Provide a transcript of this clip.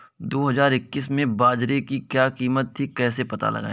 दो हज़ार इक्कीस में बाजरे की क्या कीमत थी कैसे पता लगाएँ?